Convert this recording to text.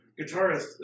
guitarist